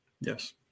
Yes